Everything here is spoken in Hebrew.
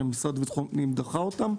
והמשרד לביטחון פנים דחה אותם.